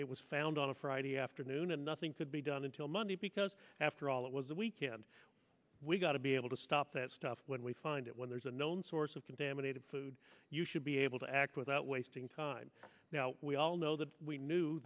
it was found on a friday the afternoon and nothing could be done until monday because after all it was a weekend we've got to be able to stop that stuff when we find it when there's a known source of contaminated food you should be able to act without wasting time now we all know that we knew